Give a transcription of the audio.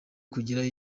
kugira